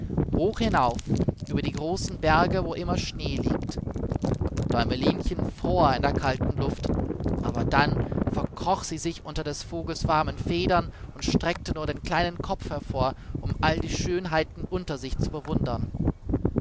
hoch hinauf über die großen berge wo immer schnee liegt däumelinchen fror in der kalten luft aber dann verkroch sie sich unter des vogels warmen federn und streckte nur den kleinen kopf hervor um all die schönheiten unter sich zu bewundern